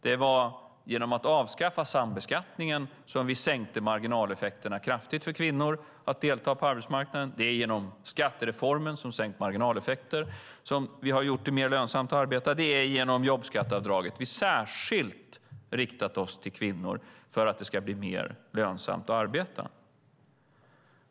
Det var genom att avskaffa sambeskattningen som vi sänkte marginaleffekterna kraftigt för kvinnor att delta på arbetsmarknaden. Det är genom skattereformen som har sänkt marginaleffekter som vi har gjort det mer lönsamt att arbeta. Det är genom jobbskatteavdraget vi särskilt har riktat oss till kvinnor för att det ska bli mer lönsamt att arbeta.